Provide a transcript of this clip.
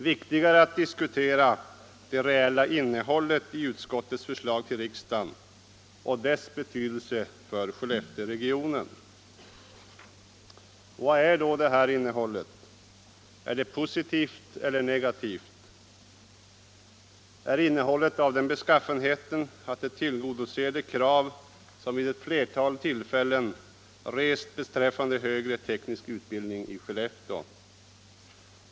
Viktigare är att diskutera det reella innehållet i utskottets förslag till riksdagen och dess betydelse för Skellefteåregionen. Vad är då detta innehåll? Är det positivt eller negativt? Är innehållet av den beskaffenheten att det tillgodoser de krav som vid ett flertal tillfällen har rests beträffande högre teknisk utbildning i Skellefteå?